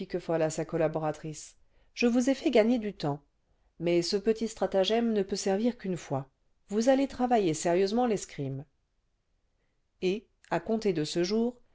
à sa collaboratrice je vous ai fait gagner du temps mais ce petit stratagème ne peut servir qu'une fois vous allez travailler sérieusement l'escrime et à compter de ce jour